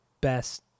best